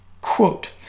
Quote